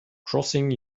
crossing